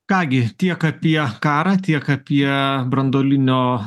ką gi tiek apie karą tiek apie branduolinio